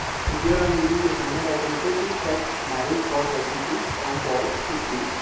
so here i'm using the assignment operator to set married four percent to, from false to true.